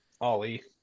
Ollie